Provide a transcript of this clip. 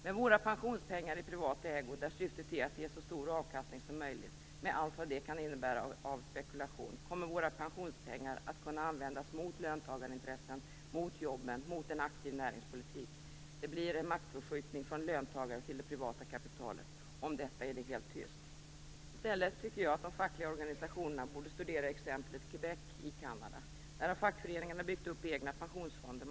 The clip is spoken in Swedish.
Med våra pensionspengar i privat ägo där syftet är att ge så stor avkastning som möjligt, med allt vad det kan innebära av spekulation, kommer dessa att kunna användas mot löntagarintressen, mot jobben och mot en aktiv näringspolitik. Det blir en maktförskjutning från löntagare till det privata kapitalet. Om detta är det helt tyst. I stället tycker jag att de fackliga organisationerna borde studera exemplet Quebec i Kanada. Där har fackföreningarna byggt upp egna pensionsfonder.